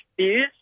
views